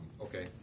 Okay